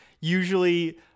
Usually